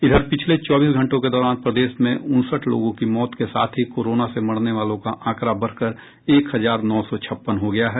इधर पिछले चौबीस घंटों के दौरान प्रदेश में उनसठ लोगों की मौत के साथ ही कोरोना से मरने वालों का आंकड़ा बढ़कर एक हजार नौ सौ छप्पन हो गया है